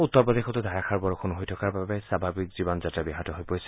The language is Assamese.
উত্তৰ প্ৰদেশতো ধাৰাষাৰ বৰষুণ হৈ থকাৰ বাবে স্বাভাৱিক জীৱনযাত্ৰা ব্যাহত হৈ পৰিছে